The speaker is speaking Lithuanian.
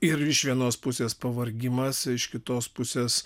ir iš vienos pusės pavargimas iš kitos pusės